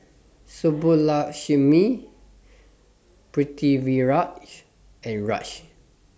Subbulakshmi Pritiviraj and Raj